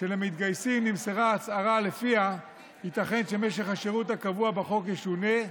שלמתגייסים נמסרה הצהרה שלפיה ייתכן שמשך השירות הקבוע בחוק ישונה,